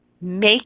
Make